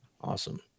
Awesome